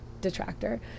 detractor